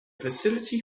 facility